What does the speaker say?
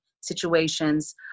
situations